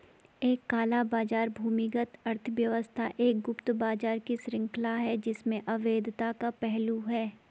एक काला बाजार भूमिगत अर्थव्यवस्था एक गुप्त बाजार की श्रृंखला है जिसमें अवैधता का पहलू है